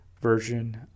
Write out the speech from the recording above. version